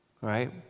Right